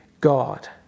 God